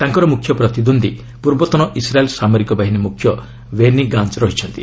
ତାଙ୍କର ମୁଖ୍ୟ ପ୍ରତିଦ୍ୱନ୍ଦ୍ୱି ପୂର୍ବତନ ଇସ୍ରାଏଲ୍ ସାମରିକ ବାହିନୀ ମୁଖ୍ୟ ବେନି ଗାଞ୍ଜ ରହିଛନ୍ତି